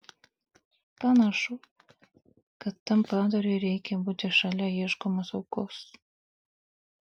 panašu kad tam padarui reikia būti šalia ieškomos aukos